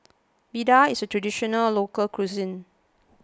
Vadai is Traditional Local Cuisine